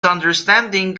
understanding